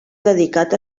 dedicat